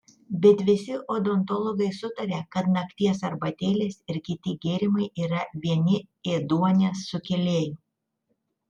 bet visi odontologai sutaria kad nakties arbatėlės ir kiti gėrimai yra vieni ėduonies sukėlėjų